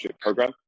program